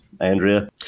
Andrea